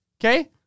Okay